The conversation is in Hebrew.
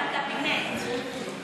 מה, חברי הכנסת אשמים?